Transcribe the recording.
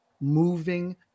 moving